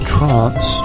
Trump's